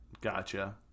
Gotcha